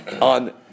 on